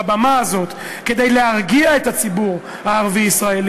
בבמה הזאת כדי להרגיע את הציבור הערבי-ישראלי,